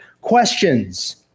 questions